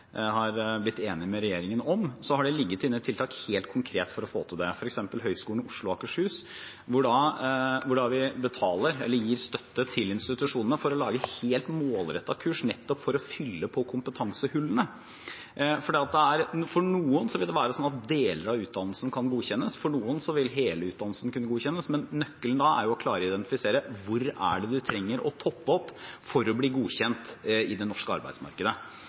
blitt enig med regjeringen om, har det ligget inne helt konkrete tiltak for å få til det, f.eks. ved Høgskolen i Oslo og Akershus, hvor vi gir støtte til institusjonene for å lage helt målrettede kurs nettopp for å fylle på kompetansehullene. For noen vil deler av utdannelsen kunne godkjennes, for noen vil hele utdannelsen kunne godkjennes, men nøkkelen er å klare å identifisere hvor det er man trenger å toppe opp for å bli godkjent i det norske arbeidsmarkedet